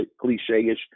cliche-ish